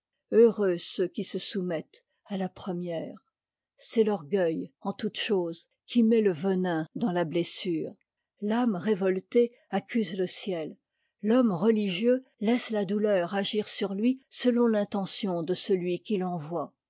heureux ceux qui se soumettent à la première c'est l'orgueil en toutes choses qui met le venin dans la blessure l'âme révoltée accuse le ciel l'homme religieux laisse la douleur agir sur lui selon l'intention de celui qui l'envoie